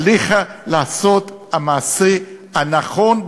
עליך לעשות המעשה הנכון,